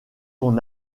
ton